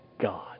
God